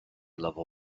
level